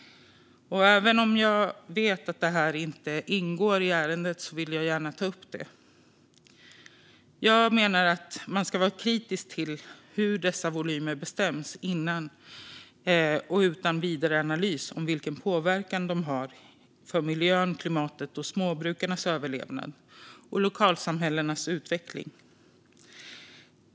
Trots att jag vet att detta inte ingår i ärendet vill jag gärna ta upp det. Jag menar att man ska vara kritisk till att dessa volymer bestäms utan vidare analys av vilken påverkan de har på miljön, klimatet och småbrukarnas överlevnad samt lokalsamhällenas utveckling.